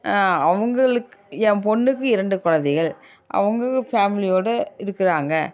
அவங்களுக்கு என் பெண்ணுக்கு இரண்டு குழந்தைகள் அவங்க ஃபேமிலியோடு இருக்கிறாங்க